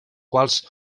quals